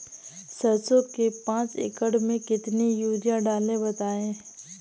सरसो के पाँच एकड़ में कितनी यूरिया डालें बताएं?